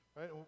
right